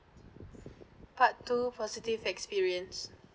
part two positive experience